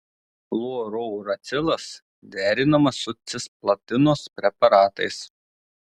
fluorouracilas derinamas su cisplatinos preparatais